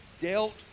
dealt